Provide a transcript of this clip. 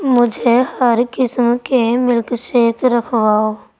مجھے ہر قسم کے ملک شیک رکھواؤ